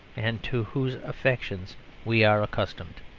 and to whose affectations we are accustomed.